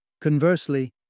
Conversely